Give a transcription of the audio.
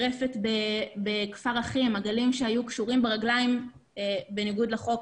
ברפת בכפר אחים עגלים היו קשורים ברגליים בניגוד לחוק.